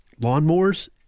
lawnmowers